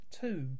Two